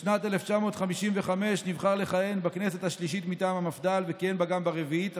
בשנת 1955 נבחר לכהן בכנסת השלישית מטעם המפד"ל וכיהן בה גם ברביעית,